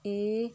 ਇਹ